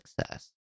success